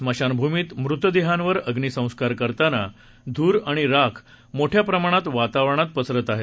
स्मशानभूमीत मृतदेहांवर अग्निसंस्कार करताना धूर आणि राख मोठ्या प्रमाणात वातावरणात पसरत आहे